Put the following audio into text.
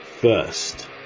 First